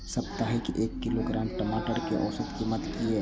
साप्ताहिक एक किलोग्राम टमाटर कै औसत कीमत किए?